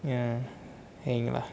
ya heng lah